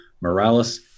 Morales